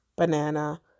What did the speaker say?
banana